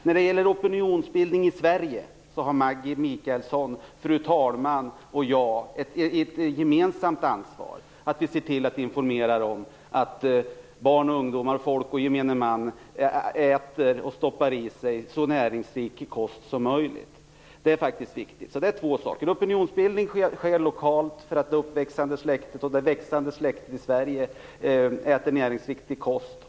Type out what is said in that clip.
När det gäller opininionsbildning i Sverige har Maggi Mikaelsson, fru talman och jag ett gemensamt ansvar för att informera så att barn och ungdomar, folk och gemene man äter och stoppar i sig så näringsrik kost som möjligt. Det är faktiskt viktigt. Det är två saker. Opinionsbildning sker lokalt för att det växande släktet i Sverige skall äta näringsriktig kost.